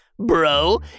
Bro